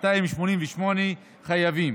503,288 חייבים,